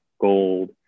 gold